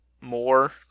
more